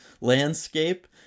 landscape